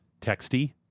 Texty